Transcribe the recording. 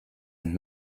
and